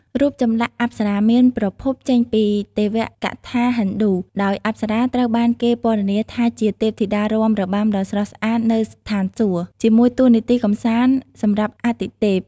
រូបចម្លាក់អប្សរា មានប្រភពចេញពីទេវកថាហិណ្ឌូ ដោយអប្សរាត្រូវបានគេពណ៌នាថាជាទេពធីតារាំរបាំដ៏ស្រស់ស្អាតនៅស្ថានសួគ៌ ជាមួយតួនាទីកម្សាន្តសម្រាប់អាទិទេព។